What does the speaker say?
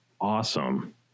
awesome